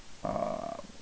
uh